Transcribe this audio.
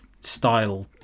style